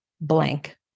blank